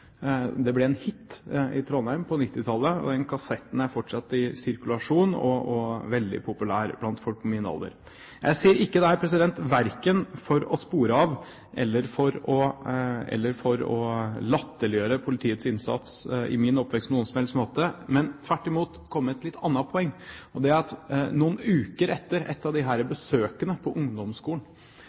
ble en hit i Trondheim på 1990-tallet. Den kassetten er fortsatt i sirkulasjon og er veldig populær blant folk på min alder. Jeg sier ikke dette verken for å spore av eller for på noen som helst måte å latterliggjøre politiets innsats i min oppvekst, men tvert imot for å komme med et litt annet poeng. Noen uker etter et av disse besøkene fra politiet på ungdomsskolen,